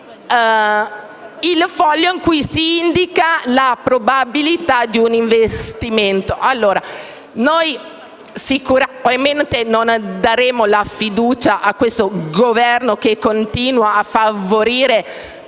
il foglio in cui si indica la probabilità di un investimento. Sicuramente noi non daremo la fiducia a questo Governo, che continua a favorire